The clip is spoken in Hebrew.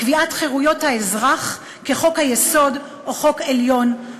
קביעת חירויות האזרח כ'חוק-היסוד' או 'חוק עליון',